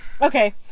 Okay